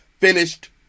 finished